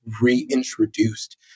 reintroduced